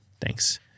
Thanks